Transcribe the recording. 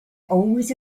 always